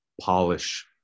polish